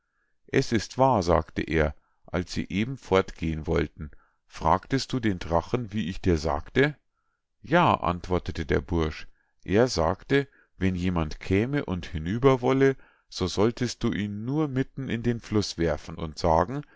es ist wahr sagte er als sie eben fortgehen wollten fragtest du den drachen wie ich dir sagte ja antwortete der bursch er sagte wenn jemand käme und hinüber wolle so solltest du ihn nur mitten in den fluß werfen und sagen